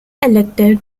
elected